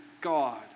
God